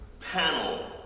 panel